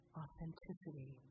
authenticity